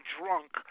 drunk